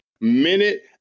Minute